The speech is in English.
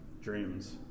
dreams